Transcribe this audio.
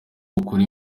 ukuri